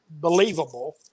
believable